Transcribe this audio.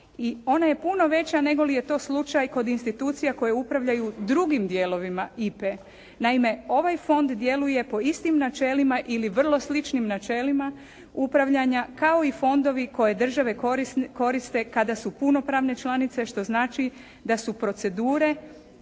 I ona je puno veća nego li je to slučaj kod institucija koje upravljaju drugim dijelovima IPA-e. Naime ovaj fond djeluje po istim načelima ili vrlo sličnim načelima upravljanja kao i fondovi koje države koriste kada su punopravne članice što znači da su procedure